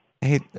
Hey